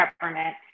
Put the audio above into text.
government